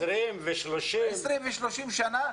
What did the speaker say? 20 ו-30 שנים,